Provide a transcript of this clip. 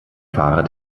fahrer